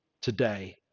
today